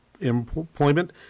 employment